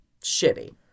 shitty